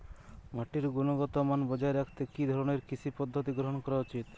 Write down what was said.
মাটির গুনগতমান বজায় রাখতে কি ধরনের কৃষি পদ্ধতি গ্রহন করা উচিৎ?